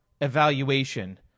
evaluation